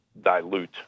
dilute